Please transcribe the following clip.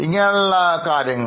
ഇങ്ങനെയുള്ള കാര്യങ്ങൾ